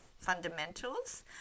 fundamentals